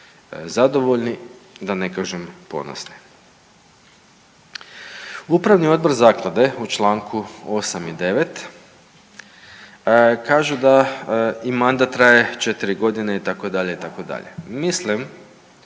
zadovoljni, da ne kažem ponosni. Upravni odbor zaklade u čl. 8. i 9. kaže da im mandat traje 4.g. itd., itd.. Mislim